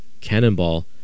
Cannonball